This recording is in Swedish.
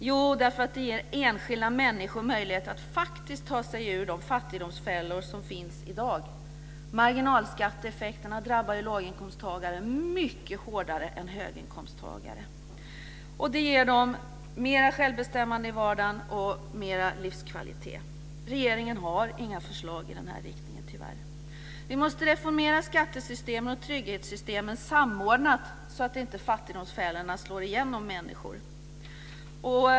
Jo, därför att det ger enskilda människor möjlighet att ta sig ur de fattigdomsfällor som finns i dag. Marginalskatteeffekterna drabbar låginkomsttagare mycket hårdare än höginkomsttagare. Det ger dem mer självbestämmande i vardagen och mer livskvalitet. Regeringen har tyvärr inga förslag i den riktningen. Vi måste reformera skattesystemen och trygghetssystemen samordnat så att inte fattigdomsfällorna slår igen om människor.